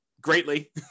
greatly